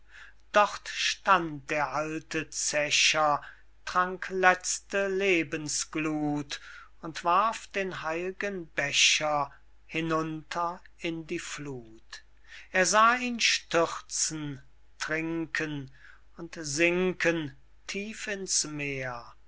dort stand der alte zecher trank letzte lebensgluth und warf den heiligen becher hinunter in die fluth er sah ihn stürzen trinken und sinken tief ins meer